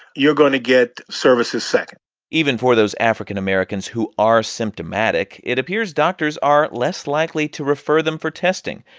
you're going to get services second even for those african americans who are symptomatic, it appears doctors are less likely to refer them for testing.